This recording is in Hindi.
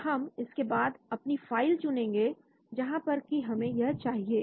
तो हम इसके बाद अपनी फाइल चुनेंगे जहां पर कि हमें यह चाहिए